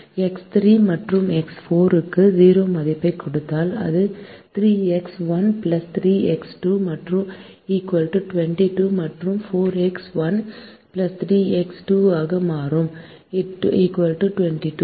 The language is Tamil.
எக்ஸ் 3 மற்றும் எக்ஸ் 4 க்கு 0 மதிப்பைக் கொடுத்தால் அது 3 எக்ஸ் 1 3 எக்ஸ் 2 21 மற்றும் 4 எக்ஸ் 1 3 எக்ஸ் 2 ஆக மாறும் 24